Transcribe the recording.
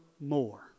more